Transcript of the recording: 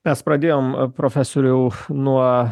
mes pradėjom profesoriau nuo